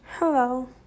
hello